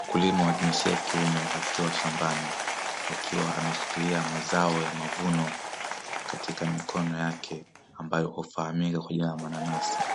Mkulima wa jinsia ya kiume akiwa shambani akiwa ameshikilia mazao ya mavuno katika mikono yake ambayo hufahamika kwa jina la mananasi,